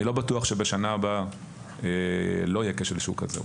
אני לא בטוח שבשנה הבאה לא יהיה כשל שוק כזה,